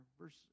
Verse